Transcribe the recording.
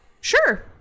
Sure